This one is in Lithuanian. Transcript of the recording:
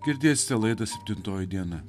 girdėste laidą septintoji diena